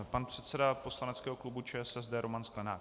Pan předseda poslaneckého klubu ČSSD Roman Sklenák.